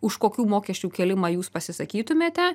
už kokių mokesčių kėlimą jūs pasisakytumėte